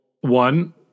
one